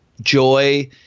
joy